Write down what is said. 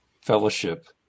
fellowship